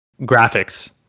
graphics